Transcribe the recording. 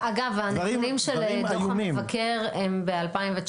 כן, אגב, הנתונים של דוח המבקר הם מ-2019.